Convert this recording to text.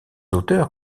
auteurs